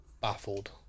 baffled